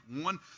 one